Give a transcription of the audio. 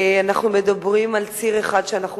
אנחנו מדברים על ציר אחד שבו אנחנו